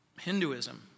Hinduism